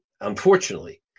Unfortunately